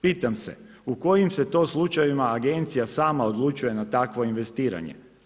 Pitam se u kojim se to slučajevima agencija sama odlučuje na takvo investiranje?